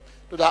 תודה.